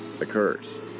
occurs